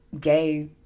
gay